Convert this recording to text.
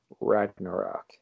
Ragnarok